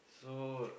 so